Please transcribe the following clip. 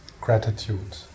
gratitude